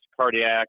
cardiac